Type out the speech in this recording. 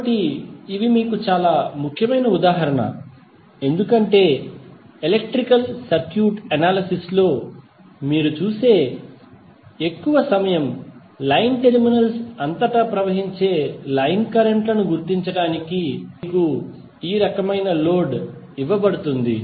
కాబట్టి ఇవి మీకు చాలా ముఖ్యమైన ఉదాహరణ ఎందుకంటే ఎలక్ట్రికల్ సర్క్యూట్ అనాలిసిస్ లో మీరు చూసే ఎక్కువ సమయం లైన్ టెర్మినల్స్ అంతటా ప్రవహించే లైన్ కరెంట్ లను గుర్తించడానికి మీకు ఈ రకమైన లోడ్ ఇవ్వబడుతుంది